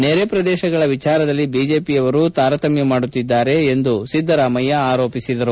ನೆರೆ ಪ್ರದೇಶಗಳ ವಿಚಾರಲ್ಲಿ ವಿಜೆಪಿಯವರು ತಾರತಮ್ಯ ಮಾಡುತ್ತಿದ್ದಾರೆ ಎಂದು ಸಿದ್ದರಾಮಯ್ಯ ಆರೋಪಿಸಿದರು